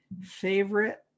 favorite